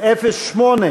סעיף 08